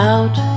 Out